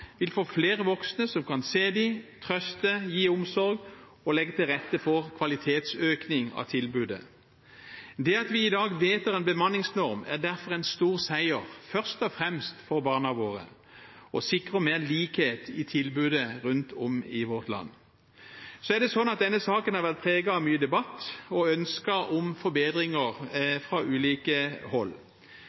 vil få flere voksne som kan se dem, trøste dem, gi omsorg og legge til rette for en kvalitetsøkning i tilbudet. Det at vi i dag vedtar en bemanningsnorm, er derfor en stor seier – først og fremst for barna våre – som sikrer mer likhet i tilbudet rundt om i vårt land. Denne saken har vært preget av mye debatt og ønsker om forbedringer fra ulike hold.